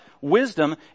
wisdom